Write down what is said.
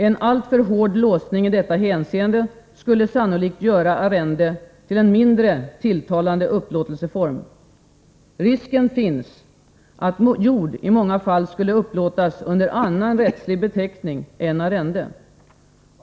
En alltför hård låsning i detta hänseende skulle sannolikt göra arrende till en mindre tilltalande upplåtelseform. Risken finns, att jord i många fall skulle upplåtas under annan rättslig beteckning än arrende.